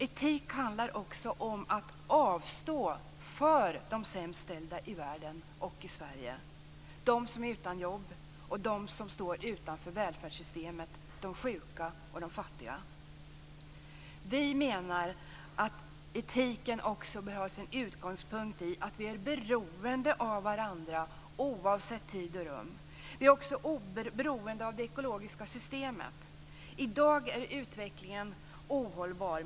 Etik handlar också om att avstå för de sämst ställda i världen och i Sverige - de som är utan jobb, de som står utanför välfärdssystemet, de sjuka och de fattiga. Vi menar att etiken också bör ha sin utgångspunkt i att vi är beroende av varandra oavsett tid och rum. Vi är också beroende av det ekologiska systemet. I dag är utvecklingen ohållbar.